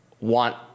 want